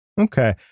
Okay